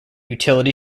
utility